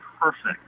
perfect